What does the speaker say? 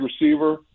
receiver